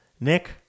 Nick